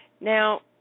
Now